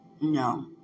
No